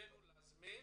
תפקידנו להזמין.